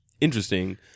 interesting